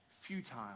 futile